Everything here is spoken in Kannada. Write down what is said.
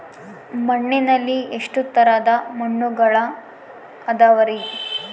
ಮಣ್ಣಿನಲ್ಲಿ ಎಷ್ಟು ತರದ ಮಣ್ಣುಗಳ ಅದವರಿ?